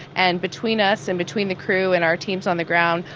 and between us and between the crew and our teams on the ground,